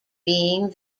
being